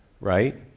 right